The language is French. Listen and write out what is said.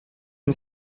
une